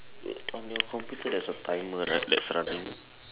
wait on your computer there's a timer right that's running